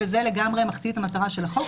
וזה לגמרי מחטיא את המטרה של החוק.